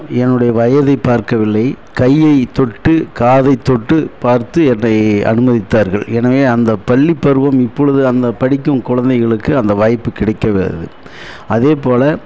என்னுடைய வயதைப் பார்க்கவில்லை கையை தொட்டு காதை தொட்டு பார்த்து என்னை அனுமதித்தார்கள் எனவே அந்த பள்ளிப்பருவம் இப்பொழுது அந்த படிக்கும் குழந்தைகளுக்கு அந்த வாய்ப்பு கிடைக்காது அதேப்போல